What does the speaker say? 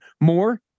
More